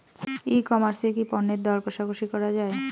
ই commerce এ কি পণ্যের দর কশাকশি করা য়ায়?